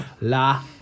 la